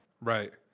Right